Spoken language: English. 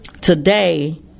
today